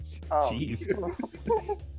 Jeez